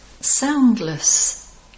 soundless